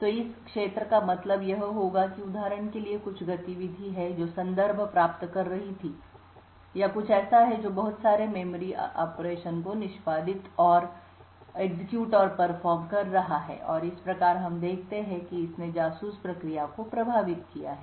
तो इस क्षेत्र का मतलब यह होगा कि उदाहरण के लिए कुछ गतिविधि है जो संदर्भ प्राप्त कर रही थी या कुछ ऐसा है जो बहुत सारे मेमोरी ऑपरेशन को निष्पादित और निष्पादित एग्जीक्यूट और परफॉर्म कर रहा है और इस प्रकार हम देखते हैं कि इसने जासूस प्रक्रिया को प्रभावित किया है